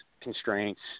constraints